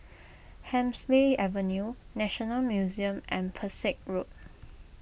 Hemsley Avenue National Museum and Pesek Road